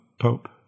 Pope